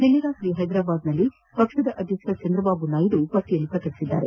ನಿನ್ನೆ ರಾತ್ರಿ ಹೈದ್ರಾಬಾದ್ನಲ್ಲಿ ಪಕ್ಷದ ಅಧ್ಯಕ್ಷ ಚಂದ್ರಬಾಬು ನಾಯ್ದು ಪಟ್ಟಿಯನ್ನು ಪ್ರಕಟಿಸಿದರು